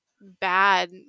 bad